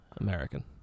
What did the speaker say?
American